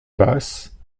basse